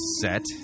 set